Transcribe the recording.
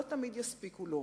לא תמיד יספיקו לו.